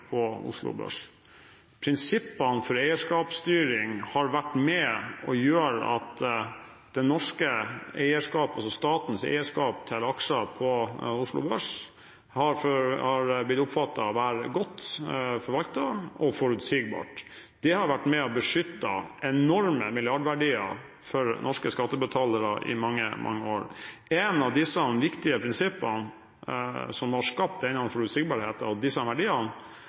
på Oslo Børs. Prinsippene for eierskapsstyring har gjort at det norske eierskapet, altså statens eierskap til aksjer på Oslo Børs, har blitt oppfattet å være godt forvaltet og forutsigbart. Det har vært med på å beskytte enorme milliardverdier for norske skattebetalere i mange, mange år. Et av de viktige prinsippene som har skapt denne forutsigbarheten og disse verdiene,